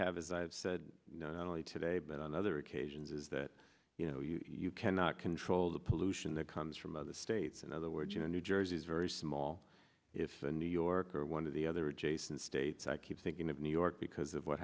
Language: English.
have as i said not only today but on other occasions is that you know you cannot control the pollution that comes from other states in other words you know new jersey is very small if the new york or one of the other adjacent states i keep thinking of new york because of what